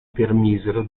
permisero